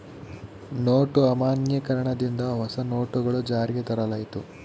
note ಅಮಾನ್ಯೀಕರಣ ದಿಂದ ಹೊಸ ನೋಟುಗಳು ಜಾರಿಗೆ ತರಲಾಯಿತು